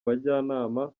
bajyanama